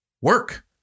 work